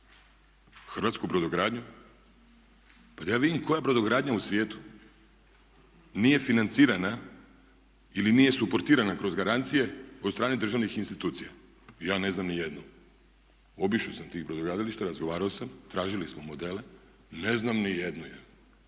hrvatsku brodogradnju. Pa da ja vidim koja brodogradnja u svijetu nije financiranja ili nije suportirana kroz garancije od strane državnih institucija. Ja ne znam ni jednu. Obišao sam tih brodogradilišta, razgovarao sam, tražili smo modele, ne znam niti jednu.